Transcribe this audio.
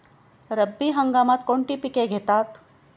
रब्बी हंगामात कोणती पिके घेतात?